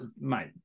mate